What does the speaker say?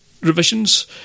revisions